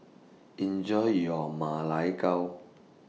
Enjoy your Ma Lai Gao